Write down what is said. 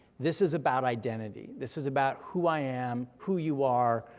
this is about identity, this is about who i am, who you are,